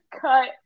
cut